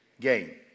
gain